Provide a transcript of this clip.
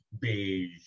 beige